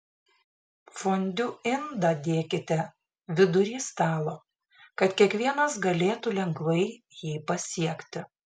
fondiu indą dėkite vidury stalo kad kiekvienas galėtų lengvai jį pasiekti